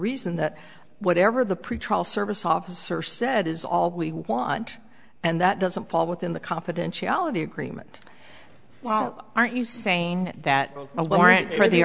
reason that whatever the pretrial service officer said is all we want and that doesn't fall within the confidentiality agreement are you saying that a warrant for the